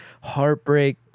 heartbreak